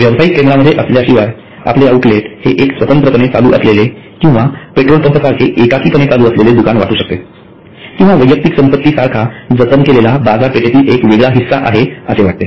व्यावसायिक केंद्रामध्ये असल्याशिवाय आपले आउटलेट हे एक स्वत्रंत्रपणे चालू असलेले किंवा पेट्रोल पंप सारखे एकाकीपणे चालू असलेले दुकान वाटू शकते किंवा वैयक्तिक संपत्ती सारखा जतन केलेला बाजारपेठेतील एकवेगळा हिस्सा आहे असे वाटते